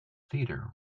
theater